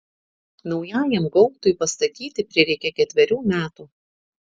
naujajam gaubtui pastatyti prireikė ketverių metų